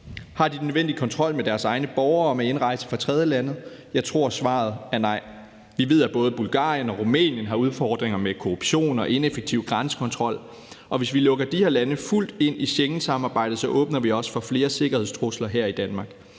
Har de den nødvendige kontrol med deres egne borgere med indrejse fra tredjelande? Jeg tror, at svaret er nej. Vi ved, at både Bulgarien og Rumænien har udfordringer med korruption og ineffektiv grænsekontrol, og hvis vi lukker de her lande fuldt ind i Schengensamarbejdet, åbner vi også får flere sikkerhedstrusler her i Danmark.